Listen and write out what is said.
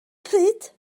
pryd